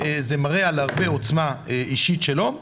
זה מראה על הרבה עוצמה אישית שלו.